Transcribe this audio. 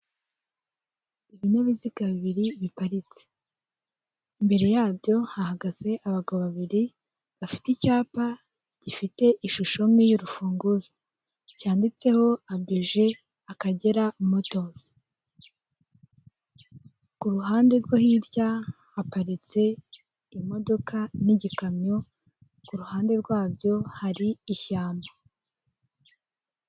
Ibinyabiziga bibiri biparitse imbere yabyo hahagaze abagabo babiri bafite icyapa gifite ishusho imwe y'urufunguzo, cyanditseho abeje Akagera motozi. kuruhande rwo hirya haparitse imodoka n'igikamyo kuhande rwabyo hari ishyamba.